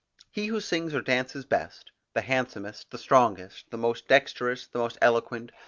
he who sings or dances best the handsomest, the strongest, the most dexterous, the most eloquent,